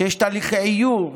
כשיש תהליכי עיור,